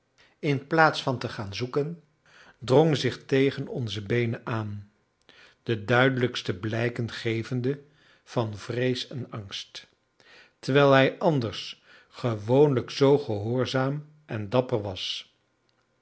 inplaats van te gaan zoeken drong zich tegen onze beenen aan de duidelijkste blijken gevende van vrees en angst terwijl hij anders gewoonlijk zoo gehoorzaam en dapper was